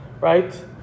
right